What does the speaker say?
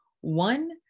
One